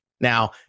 Now